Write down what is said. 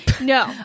No